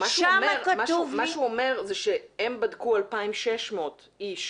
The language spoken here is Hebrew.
מה שהוא אומר זה שהם בדקו 2,600 איש.